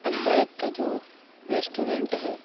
Albaik کا جو restaurant ہے